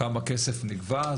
כמה כסף נגבה?